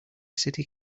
city